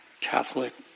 Catholic